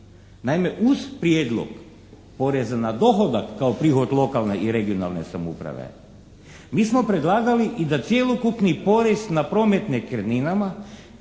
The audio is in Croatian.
Naime uz prijedlog poreza na dohodak kao prihod lokalne i regionalne samouprave mi smo predlagali i da cjelokupni porez na promet nekretninama